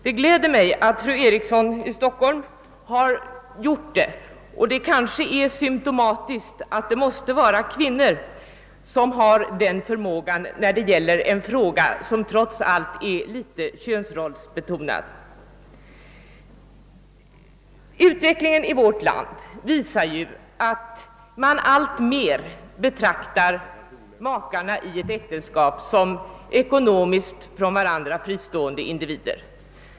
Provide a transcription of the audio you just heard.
Det gläder mig att fru Eriksson i Stockholm har gjort det — det kanske är symptomatiskt att det tycks vara kvinnor som har den förmågan när det gäller en fråga som trots allt är litet könsrollsbetonad. Utvecklingen i vårt land visar att makarna i ett äktenskap alltmer betraktas som från varandra ekonomiskt fristående individer.